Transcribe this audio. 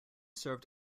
served